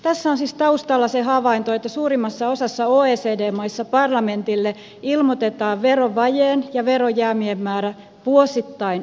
tässä on siis taustalla se havainto että suurimmassa osassa oecd maita parlamentille ilmoitetaan verovajeen ja verojäämien määrä vuosittain automaattisesti